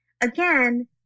Again